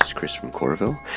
chris from carterville.